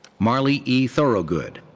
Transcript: marlee e. thorogood.